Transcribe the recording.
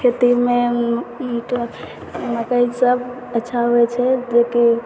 खेतीमे मतलब मकइसब अच्छा होइ छै जेकि